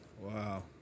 wow